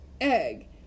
egg